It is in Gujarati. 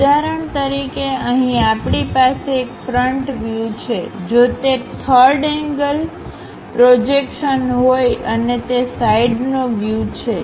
ઉદાહરણ તરીકે અહીં આપણી પાસે એક ફ્રન્ટ વ્યૂ છેજો તે થર્ડ એન્ગલ પ્રોજેક્શન હોય અને તે સાઇડનો વ્યુછે